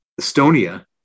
Estonia